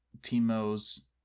timo's